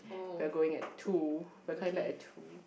we're going at two we're coming back at